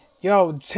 yo